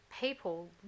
people